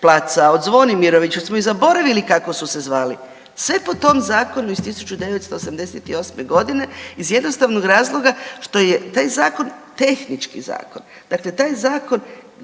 od Zvonimirove, već smo i zaboravili kako su se zvali. Sve po tom zakonu iz 1988. godine iz jednostavnog razloga što je taj zakon tehnički zakon. Dakle, taj zakon